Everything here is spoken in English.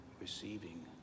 receiving